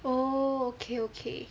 oh okay okay